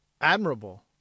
Admirable